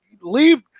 Leave